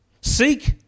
Seek